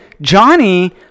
Johnny